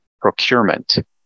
procurement